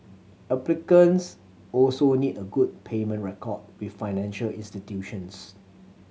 applicants also need a good payment record with financial institutions